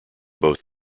both